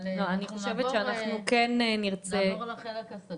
אבל אני חושבת שיהיה נכון לעבוד למליאת הוועדה לצורך המשך מסווג.